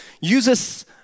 uses